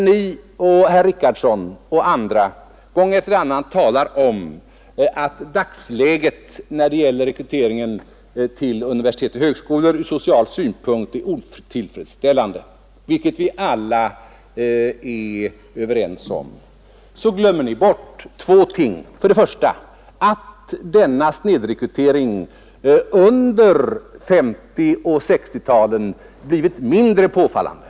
När Ni herr Richardson och andra gång efter annan talar om att dagsläget när det gäller rekryteringen till universitet och högskolor från social synpunkt är otillfredsställande, vilket vi alla är överens om, glömmer ni bort två ting. Först och främst har denna snedrekrytering under 1950 och 1960-talen blivit mindre påfallande.